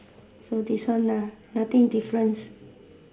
so this one lah nothing difference